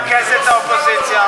רגע, עם מרכזת האופוזיציה.